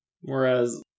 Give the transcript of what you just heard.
Whereas